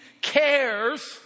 cares